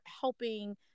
helping